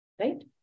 right